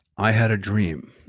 i had a dream.